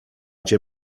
cię